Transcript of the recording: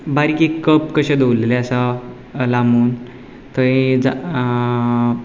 बारीक एक कप कशें दवलेलें आसा लांब थंय